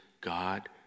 God